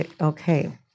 Okay